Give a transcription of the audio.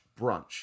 brunch